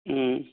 ꯎꯝ